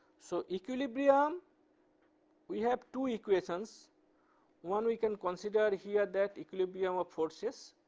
so equilibrium we have two equations one we can consider here that equilibrium of forces